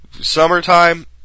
summertime